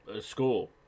school